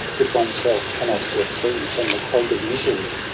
if oneself cannot get free from the clog of misery?